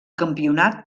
campionat